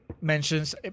mentions